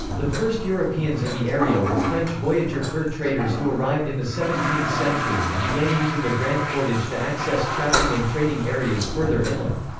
the first europeans in the area were french voyageur fur traders who arrived in the seventeenth century and began using the grand portage to access trapping and trading areas further inland.